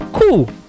cool